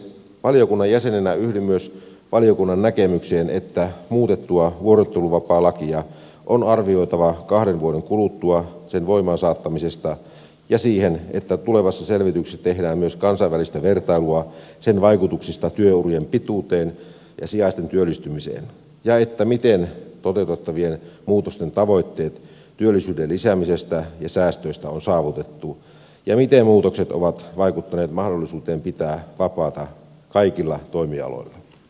valiokunnan jäsenenä yhdyn myös valiokunnan näkemykseen että muutettua vuorotteluvapaalakia on arvioitava kahden vuoden kuluttua sen voimaan saattamisesta ja siihen että tulevassa selvityksessä tehdään myös kansainvälistä vertailua sen vaikutuksista työurien pituuteen ja sijaisten työllistymiseen ja selvitetään miten toteutettavien muutosten tavoitteet työllisyyden lisäämisestä ja säästöistä on saavutettu ja miten muutokset ovat vaikuttaneet mahdollisuuteen pitää vapaata kaikilla toimialoilla